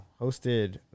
Hosted